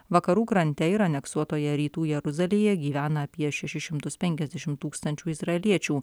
vakarų krante ir aneksuotoje rytų jeruzalėje gyvena apie šešis šimtus penkiasdešim tūkstančių izraeliečių